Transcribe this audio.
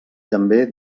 també